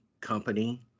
company